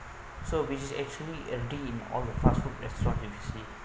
so which is actually a deem all the fast food restaurants you will see